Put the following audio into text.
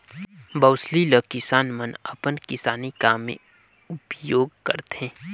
बउसली ल किसान मन अपन किसानी काम मे उपियोग करथे